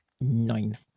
Nine